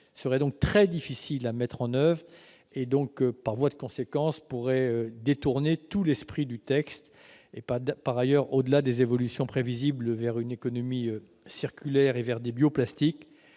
serait donc très difficile à mettre en oeuvre. Par voie de conséquence, elle pourrait même détourner tout l'esprit du texte. Par ailleurs, au-delà des évolutions prévisibles vers une économie circulaire et vers des bioplastiques,